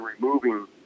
removing